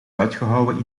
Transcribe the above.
uitgehouwen